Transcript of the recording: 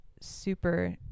super